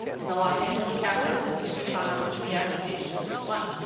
in the los angeles cafr, this can be found on pdf page thirty one.